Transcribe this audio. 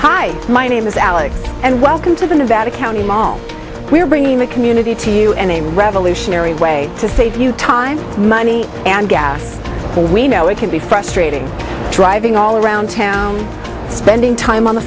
hi my name is alex and welcome to the nevada county mall we're bringing the community to you and a revolutionary way to save you time money and before we know it can be frustrating driving all around town spending time on the